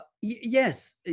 Yes